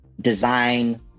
design